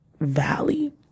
valley